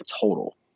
total